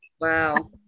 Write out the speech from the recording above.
Wow